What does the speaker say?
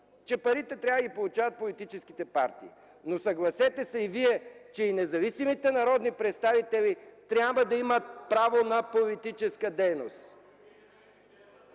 че парите трябва да ги получават политическите партии. Но съгласете се и Вие, че и независимите народни представители трябва да имат право на политическа дейност.